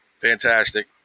fantastic